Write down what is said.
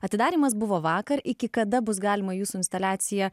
atidarymas buvo vakar iki kada bus galima jūsų instaliaciją